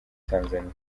tanzania